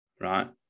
right